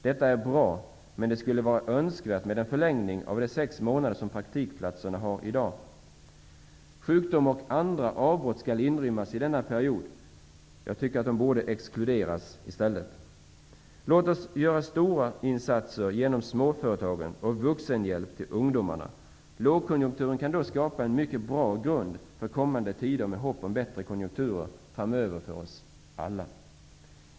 Detta är bra, men det vore önskvärt med en förlängning av de sex månader som praktikplatsen i dag sträcker sig över. Sjukdom och andra avbrott skall inrymmas i denna period, men jag anser att de i stället borde exkluderas. Låt oss göra stora insatser genom småföretagen och vuxenhjälp till ungdomarna. Lågkonjunkturen kan då skapa en mycket bra grund för kommande tider med hopp om bättre konjunkturer framöver för oss alla.